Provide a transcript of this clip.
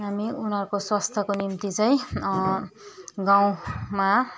हामी उनीहरूको स्वास्थ्यको निम्ति चाहिँ गाउँमा